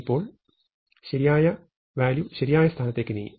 ഇപ്പോൾ ശരിയായ വാല്യൂ ശരിയായ സ്ഥാനത്തേക്ക് നീങ്ങി